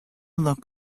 look